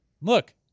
Look